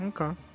okay